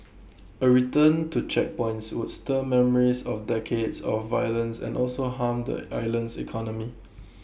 A return to checkpoints would stir memories of decades of violence and also harm the island's economy